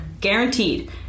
Guaranteed